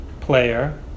player